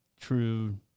true